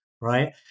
Right